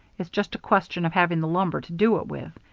it's just a question of having the lumber to do it with,